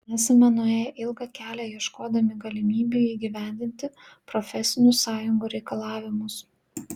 esame nuėję ilgą kelią ieškodami galimybių įgyvendinti profesinių sąjungų reikalavimus